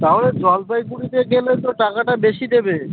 তাহলে জলপাইগুড়িতে গেলে তো টাকাটা বেশি দেবে